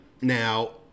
now